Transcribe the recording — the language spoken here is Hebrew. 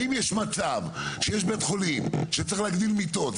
שהאם יש מצב שיש בית חולים שצריך להגדיל מיטות,